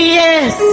yes